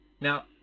Now